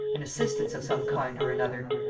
an assistance of some kind or another.